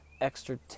extra